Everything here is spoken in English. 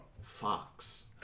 fox